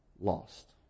lost